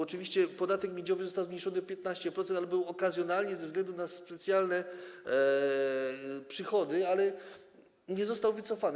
Oczywiście podatek miedziowy został zmniejszony o 15%, jednak okazjonalnie, ze względu na specjalne przychody, ale nie został wycofany.